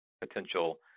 potential